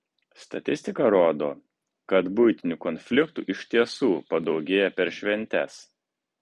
statistika rodo kad buitinių konfliktų iš tiesų padaugėja per šventes